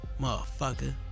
Motherfucker